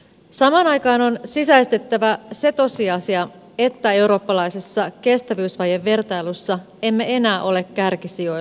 samaan aikaan on sisäistettävä se tosiasia että eurooppalaisessa kestävyysvajevertailussa em me enää ole kärkisijoilla